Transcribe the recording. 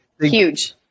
Huge